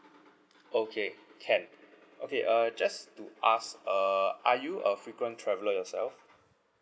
okay can okay uh just to ask uh are you a frequent traveller yourself